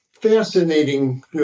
Fascinating